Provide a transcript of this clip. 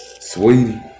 Sweetie